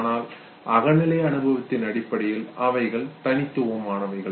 ஆனால் அகநிலை அனுபவத்தின் அடிப்படையில் அவைகள் தனித்துவமானவைகள்